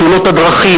תאונות הדרכים,